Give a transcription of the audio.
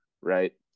right